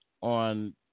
on